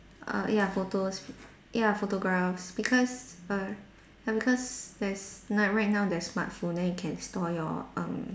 err ya photos ya photographs because err ya because there's like right now there's smartphone then you can store your um